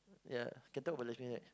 ya can talk about lesbian right